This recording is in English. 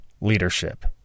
Leadership